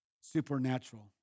supernatural